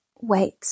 wait